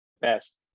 best